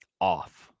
off